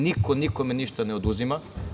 Niko nikome ništa ne oduzima.